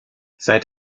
seit